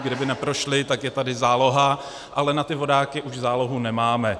Kdyby neprošli, tak je tady záloha, ale na ty vodáky už zálohu nemáme.